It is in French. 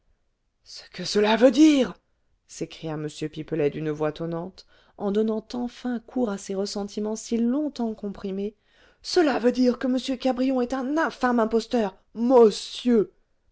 ce que cela veut dire s'écria m pipelet d'une voix tonnante en donnant enfin cours à ses ressentiments si longtemps comprimés cela veut dire que m cabrion est un infâme imposteur môssieur